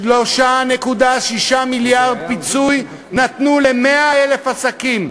3.6 מיליארד פיצוי נתנו ל-100,000 עסקים.